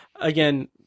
again